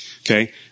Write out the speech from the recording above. Okay